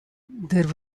there